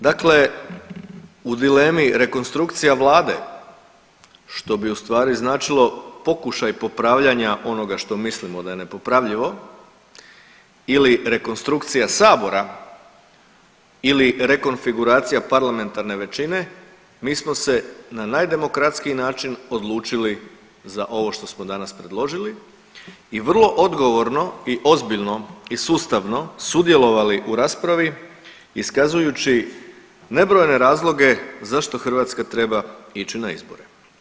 Dakle, u dilemi rekonstrukcija Vlade što bi u stvari značilo pokušaj popravljanja onoga što mislimo da je nepopravljivo ili rekonstrukcija Sabora ili rekonfiguracija parlamentarne većine mi smo se na najdemokratskiji način odlučili za ovo što smo danas predložili i vrlo odgovorno i ozbiljno i sustavno sudjelovali u raspravi iskazujući nebrojene razloge zašto Hrvatska treba ići na izbore.